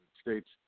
States